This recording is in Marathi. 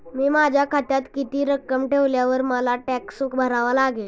मी माझ्या खात्यात किती रक्कम ठेवल्यावर मला टॅक्स भरावा लागेल?